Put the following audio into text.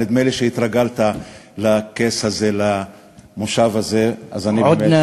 נדמה לי שהתרגלת לכס הזה, למושב הזה, אז אני באמת,